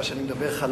מכיוון שאני מדבר חלש,